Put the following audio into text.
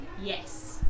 Yes